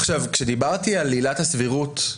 עכשיו, כשדיברתי על עילת הסבירות,